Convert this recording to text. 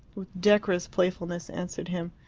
with decorous playfulness, answered him,